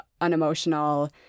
unemotional